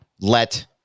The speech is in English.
let